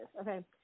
okay